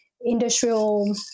industrial